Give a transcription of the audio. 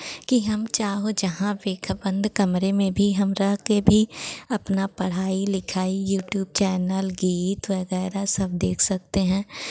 कि हम चाहे जहाँ भी क बंद कमरे में भी हम रह के भी अपना पढ़ाई लिखाई यूट्यूब चैनल गीत वगैरह सब देख सकते हैं